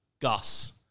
Gus